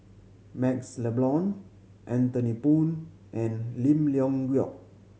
MaxLe Blond Anthony Poon and Lim Leong Geok